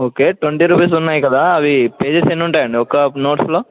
okay twenty rupees ఉన్నాయి కదా అవి పేజెస్ ఎన్నుంటాయండి ఒక్క నోట్స్లో